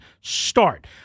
start